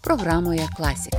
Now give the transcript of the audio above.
programoje klasika